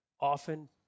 often